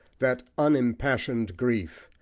that unimpassioned grief,